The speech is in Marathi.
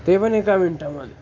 ते पण एका मिंटामध्ये